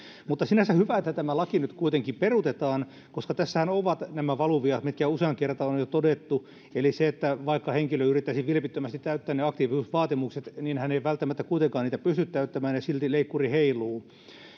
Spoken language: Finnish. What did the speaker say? sinänsä hyvä että tämä laki nyt kuitenkin peruutetaan koska tässähän on nämä valuviat mitkä useaan kertaan on on jo todettu eli vaikka henkilö yrittäisi vilpittömästi täyttää ne aktiivisuusvaatimukset niin hän ei välttämättä kuitenkaan niitä pysty täyttämään ja silti leikkuri heiluu